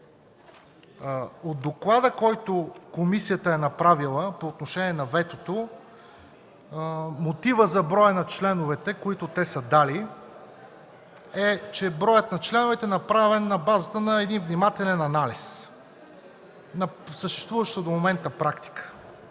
От доклада, който комисията е направила по отношение на ветото, мотивът за броя на членовете, които те са дали, е, че броят на членовете е направен на базата на един внимателен анализ на съществуващата до момента практика.